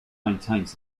maintains